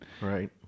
Right